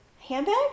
handbag